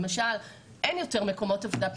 למשל אין יותר מקומות עבודה פנויים,